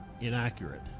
inaccurate